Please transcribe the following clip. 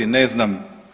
Ne znam.